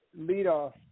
leadoff